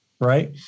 Right